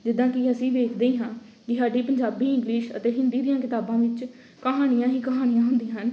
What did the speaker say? ਜਿੱਦਾਂ ਕਿ ਅਸੀਂ ਦੇਖਦੇ ਹਾਂ ਕਿ ਸਾਡੀ ਪੰਜਾਬੀ ਇੰਗਲਿਸ਼ ਅਤੇ ਹਿੰਦੀ ਦੀਆਂ ਕਿਤਾਬਾਂ ਵਿੱਚ ਕਹਾਣੀਆਂ ਹੀ ਕਹਾਣੀਆਂ ਹੁੰਦੀਆਂ ਹਨ